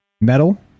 Metal